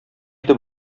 иде